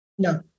No